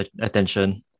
attention